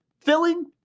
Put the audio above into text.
filling